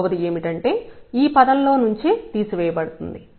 మూడవది ఏమిటంటే ఈ పదం లో నుంచే తీసివేయబడుతుంది